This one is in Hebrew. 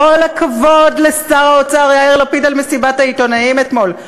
כל הכבוד לשר האוצר יאיר לפיד על מסיבת העיתונאים אתמול.